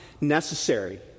necessary